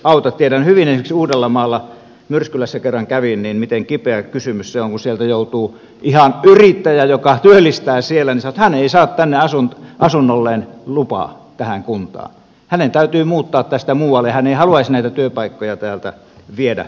tiedän hyvin esimerkiksi uudellamaalla myrskylässä kerran kävin miten kipeä kysymys se on kun siellä ihan yrittäjä joka työllistää siellä sanoi että hän ei saa asunnolleen lupaa tähän kuntaan hänen täytyy muuttaa tästä muualle vaikka hän ei haluaisi näitä työpaikkoja täältä viedä pois